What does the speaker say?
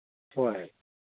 ꯍꯣꯏ